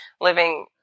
living